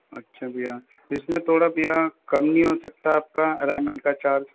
अच्छा भैया इसमें थोड़ा भैया कम नही हो सकता आपका एलायमेंट का चार्ज